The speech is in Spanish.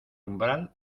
umbral